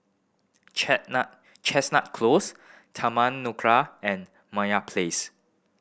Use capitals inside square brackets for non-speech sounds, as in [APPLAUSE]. [UNINTELLIGIBLE] Chestnut Close Taman Nakhola and Meyer Place